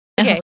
Okay